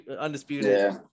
undisputed